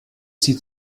sie